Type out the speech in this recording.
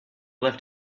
left